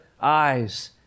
eyes